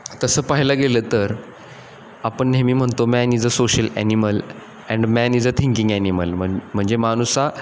तसं पाह्यला गेलं तर आपण नेहमी म्हणतो man is a social animal and man is a thinking animal म्हण म्हणजे माणूस हा